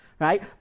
right